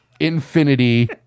Infinity